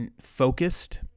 focused